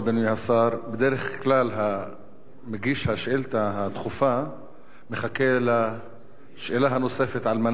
בדרך כלל מגיש השאילתא הדחופה מחכה לשאלה הנוספת על מנת לפרוס.